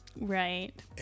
Right